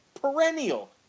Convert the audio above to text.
perennial